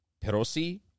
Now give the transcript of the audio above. perosi